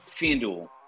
FanDuel